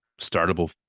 startable